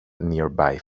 nearby